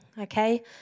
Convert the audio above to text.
okay